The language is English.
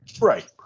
Right